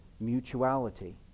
mutuality